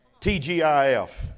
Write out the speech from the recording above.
TGIF